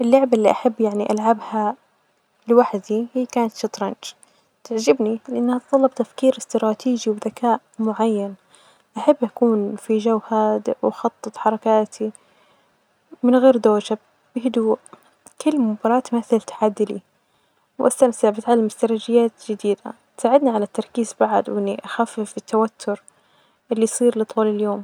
اللعبة اللي أحب يعني ألعبها لوحدي هيا كانت الشطرنج، تعجبني لإنها تتطلب تفكير إستراتيجي وذكاء معين، أحب أكون في جو هادئ وأخطط حركاتي، من غير دوشة بهدوء، كل مباراة مثل تحدي لي، وأستمتع بتعلم إستراتيجيات جديدة ،تساعدني علي التركيز بعد وإني أخفف التوتر اللي يصير لي طول اليوم.